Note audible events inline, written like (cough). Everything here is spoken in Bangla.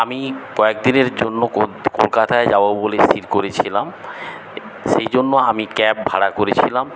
আমি কয়েক দিনের জন্য (unintelligible) কলকাতায় যাবো বলে স্থির করেছিলাম সেইজন্য আমি ক্যাব ভাড়া করেছিলাম